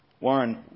Warren